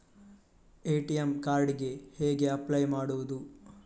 ATM card ಗೆ ಹೇಗೆ apply ಮಾಡುವುದು?